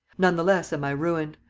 none the less am i ruined.